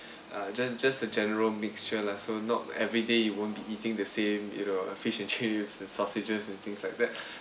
uh just just a general mixture lah so not everyday you won't be eating the same you know like fish and chips and sausages and things like that